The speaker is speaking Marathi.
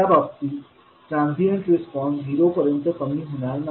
या बाबतीत ट्रांसीएन्ट रिस्पॉन्स झिरो पर्यंत कमी होणार नाही